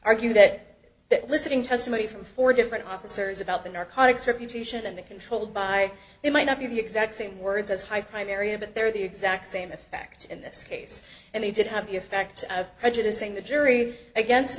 argued that that listening to testimony from four different officers about the narcotics reputation and they controlled by it might not be the exact same words as high crime area but they're the exact same effect in this case and they did have the effect of prejudicing the jury against